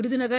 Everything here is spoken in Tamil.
விருதுநகர்